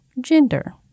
gender